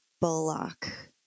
Bullock